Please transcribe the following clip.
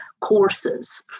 courses